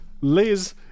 Liz